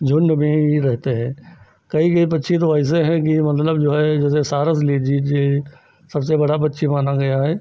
झुण्ड में ही रहते हैं कई कई पक्षी तो ऐसे हैं कि मतलब जो है जैसे सारस ले लीजिए सबसे बड़ा पक्षी माना गया है